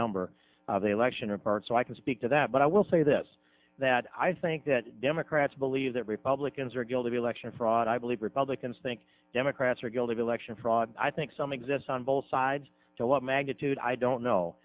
number the election apart so i can speak to that but i will say this that i think that democrats believe that republicans are guilty election fraud i believe republicans think democrats are guilty of election fraud i think some exists on both sides to what magnitude i don't know